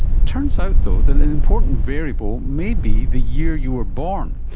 it turns out though that an important variable may be the year you were born.